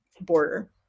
border